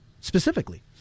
specifically